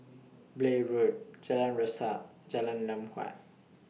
Blair Road Jalan Resak Jalan Lam Huat